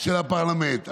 של הפרלמנט.